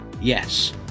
Yes